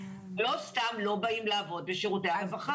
לא סתם לא באים לעבוד בשירותי הרווחה.